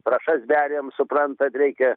trąšas beriam suprantat reikia